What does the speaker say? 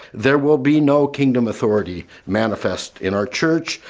there will be no kingdom authority manifest in our church,